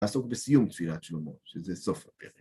לעסוק בסיום תפילת שלמה, שזה סוף הפרק.